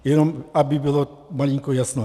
Jenom aby bylo malinko jasno.